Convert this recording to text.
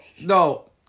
No